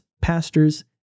pastors